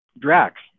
Drax